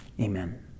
Amen